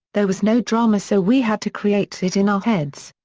there was no drama so we had to create it in our heads.